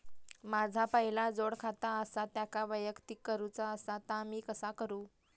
माझा पहिला जोडखाता आसा त्याका वैयक्तिक करूचा असा ता मी कसा करू?